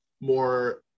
more